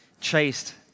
chased